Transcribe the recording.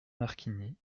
marquigny